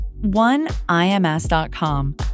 oneims.com